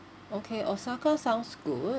okay osaka sounds good